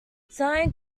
sine